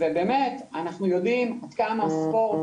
ובאמת אנחנו יודעים עד כמה הספורט